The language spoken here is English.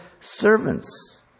servants